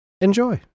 enjoy